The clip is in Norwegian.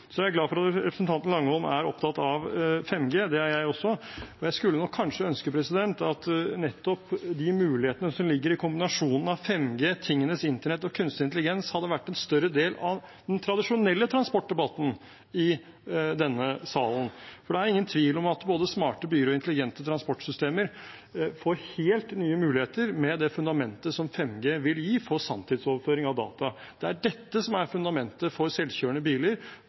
Jeg er glad for at representanten Langholm Hansen er opptatt av 5G, det er jeg også. Jeg skulle nok kanskje ønske at nettopp de mulighetene som ligger i kombinasjonen av 5G, tingenes internett og kunstig intelligens hadde vært en større del av den tradisjonelle transportdebatten i denne salen, for det er ingen tvil om at både smarte byer og intelligente transportsystemer får helt nye muligheter med det fundamentet som 5G vil gi for sanntidsoverføring av data. Det er dette som er fundamentet for selvkjørende biler,